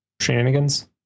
shenanigans